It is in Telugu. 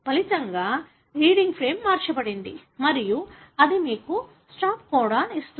ఫలితంగా రీడింగ్ ఫ్రేమ్ మార్చబడింది మరియు అది మీకు స్టాప్ కోడాన్ ఇస్తుంది